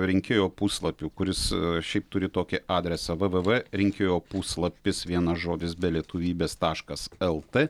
rinkėjo puslapiu kuris šiaip turi tokį adresą vvv rinkėjo puslapis vienas žodis be lietuvybės taškas lt